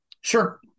Sure